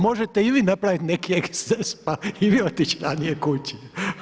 Možete i vi napraviti neki eksces pa i vi otići ranije kući.